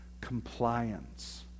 Compliance